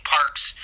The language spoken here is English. Parks